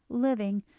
living,